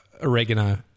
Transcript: oregano